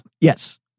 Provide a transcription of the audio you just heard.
Yes